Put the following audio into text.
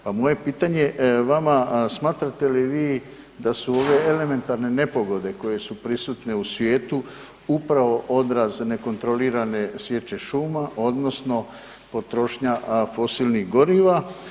Pa moje pitanje vama, smatrate li vi da su ove elementarne nepogode koje su prisutne u svijetu upravo odraz nekontrolirane sječe šuma odnosno potrošnja fosilnih goriva?